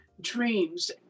dreams